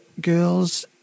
girls